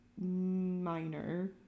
Minor